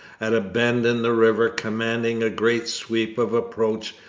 at a bend in the river commanding a great sweep of approach,